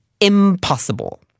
impossible